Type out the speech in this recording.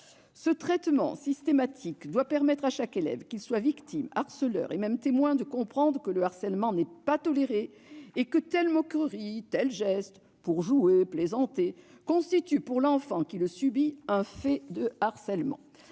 Ce traitement systématique doit permettre à chaque élève, qu'il soit victime, harceleur ou même témoin, de comprendre que le harcèlement n'est pas toléré, et que telle ou telle moquerie, tel ou tel geste, même pour jouer ou plaisanter, constitue pour l'enfant qui le subit un fait de harcèlement.